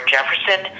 Jefferson